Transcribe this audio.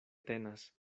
tenas